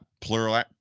plural